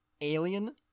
alien